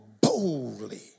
boldly